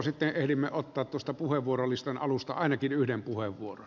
sitten ehdimme ottaa tuosta puheenvuorolistan alusta ainakin yhden puhevuoro